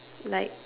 like